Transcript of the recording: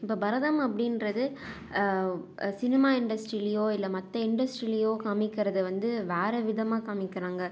இப்போ பரதம் அப்படின்றது சினிமா இண்டஸ்ட்ரிலேயோ இல்லை மற்ற இன்டஸ்ட்ரிலேயோ காம்மிக்கிறத வந்து வேறு விதமாக காம்மிக்கிறாங்க